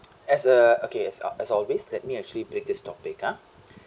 as a okay as all as always let me actually pick this topic ah